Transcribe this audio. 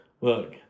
Look